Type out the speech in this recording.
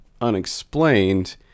unexplained